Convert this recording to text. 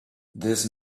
this